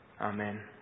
Amen